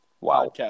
Wow